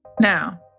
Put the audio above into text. Now